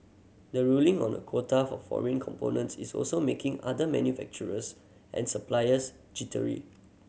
the ruling on a quota for foreign components is also making other manufacturers and suppliers jittery